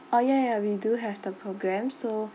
oh ya ya we do have the programme so